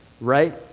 right